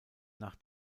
nach